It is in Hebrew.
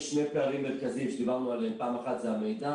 יש שני פערים מרכזיים שדיברנו עליהם: פעם אחת זה המידע